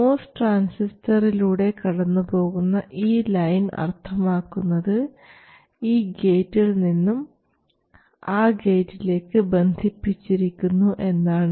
MOS ട്രാൻസിസ്റ്ററിലൂടെ കടന്നുപോകുന്ന ഈ ലൈൻ അർത്ഥമാക്കുന്നത് ഈ ഗേറ്റിൽ നിന്നും ആ ഗേറ്റിലേക്ക് ബന്ധിപ്പിച്ചിരിക്കുന്നു എന്നാണ്